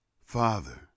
father